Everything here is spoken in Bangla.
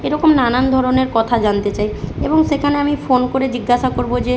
এরকম নানান ধরনের কথা জানতে চাই এবং সেখানে আমি ফোন করে জিজ্ঞাসা করব যে